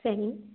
சரி